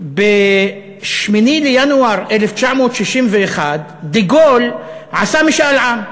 ב-8 בינואר 1961 עשה דה-גול משאל עם,